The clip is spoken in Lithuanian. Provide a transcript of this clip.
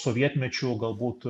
sovietmečiu galbūt